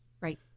Right